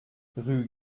rue